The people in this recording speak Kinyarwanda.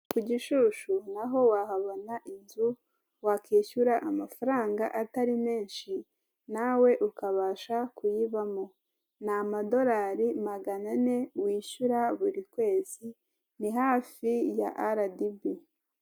Ku Gishushu naho wahabona inzu wakwishyura amafaranga atari menshi nawe ukabasha kuyibamo, ni amadorari magana ane wishyura buri kwezi ni hafi ya raadibi.